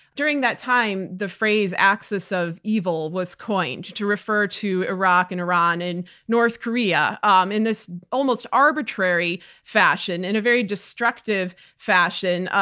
during that time, the phrase axis of evil was coined to refer to iraq and iran and north korea um in this almost arbitrary fashion, in a very destructive fashion,